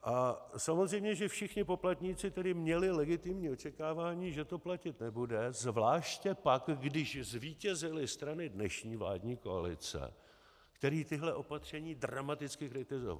A samozřejmě že všichni poplatníci tedy měli legitimní očekávání, že to platit nebude, zvláště pak když zvítězily strany dnešní vládní koalice, které tahle opatření dramaticky kritizovaly.